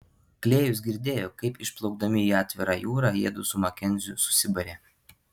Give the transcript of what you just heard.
klėjus girdėjo kaip išplaukdami į atvirą jūrą jiedu su makenziu susibarė